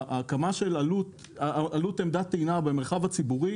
עלות עמדת טעינה במרחב הציבורי